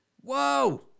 Whoa